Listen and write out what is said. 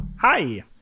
Hi